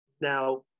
Now